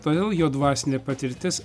todėl jo dvasinė patirtis